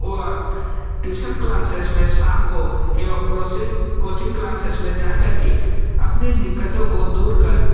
वह tuition classes में शाम को एवम क्लोसिस कोचिंग क्लासेस में जाकर के अपनी दिक्कतों को दूर कर